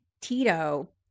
Tito